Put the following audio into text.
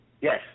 Yes